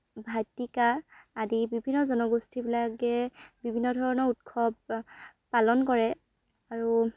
ভাই টিকা আদি বিভিন্ন জনগোষ্ঠীবিলাকে বিভিন্ন ধৰণৰ উৎসৱ পালন কৰে আৰু